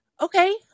Okay